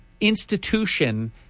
institution